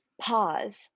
pause